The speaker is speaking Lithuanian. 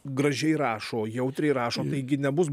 gražiai rašo jautriai rašo taigi nebus